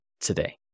today